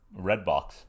Redbox